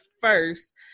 first